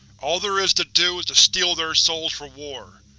all there is to do is to steel their souls for war,